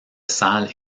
salles